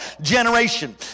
generation